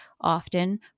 often